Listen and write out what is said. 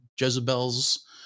Jezebel's